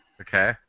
Okay